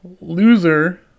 Loser